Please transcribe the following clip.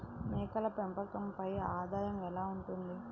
మేకల పెంపకంపై ఆదాయం ఎలా ఉంటుంది?